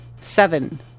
Seven